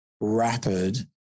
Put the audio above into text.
rapid